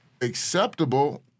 acceptable